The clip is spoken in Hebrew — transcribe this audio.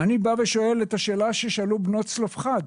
אני שואל את השאלה ששאלו בנות צלפחד,